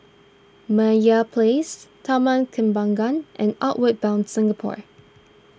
Meyer Place Taman Kembangan and Outward Bound Singapore